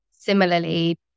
similarly